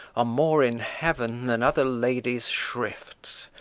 are more in heaven than other ladies' shrifts.